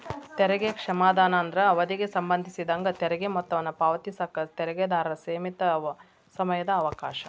ತೆರಿಗೆ ಕ್ಷಮಾದಾನ ಅಂದ್ರ ಅವಧಿಗೆ ಸಂಬಂಧಿಸಿದಂಗ ತೆರಿಗೆ ಮೊತ್ತವನ್ನ ಪಾವತಿಸಕ ತೆರಿಗೆದಾರರ ಸೇಮಿತ ಸಮಯದ ಅವಕಾಶ